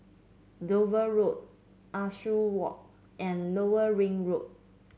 Dover Road Ah Soo Walk and Lower Ring Road